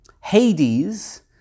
hades